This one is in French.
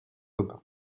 aubin